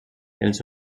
els